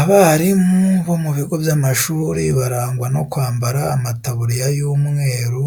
Abarimu bo mu bigo by’amashuri barangwa no kwambara amataburiya y’umweru,